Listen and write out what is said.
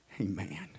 Amen